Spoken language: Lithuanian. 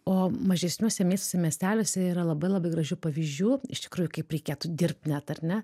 o mažesniuose miestuose miesteliuose yra labai labai gražių pavyzdžių iš tikrųjų kaip reikėtų dirbt net ar ne